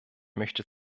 möchte